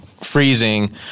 freezing